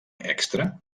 extra